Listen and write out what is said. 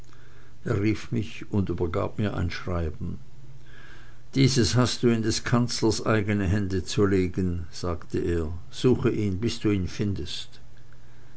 er rief mich und übergab mir ein schreiben dieses hast du in des kanzlers eigene hände zu legen sagte er suche ihn bis du ihn findest